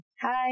Hi